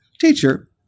Teacher